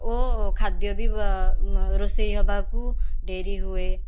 ଓ ଖାଦ୍ୟ ବି ରୋଷେଇ ହେବାକୁ ଡେରି ହୁଏ